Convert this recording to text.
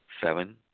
Seven